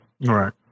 Right